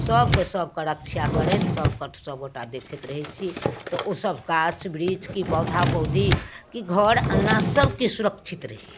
सबके सबके रक्षा करैत सबके सब गोटा देखैत रहै छी तऽ ओ सब गाछ वृक्ष कि पौधा पौधी कि घर अङ्गना सबके सुरक्षित रही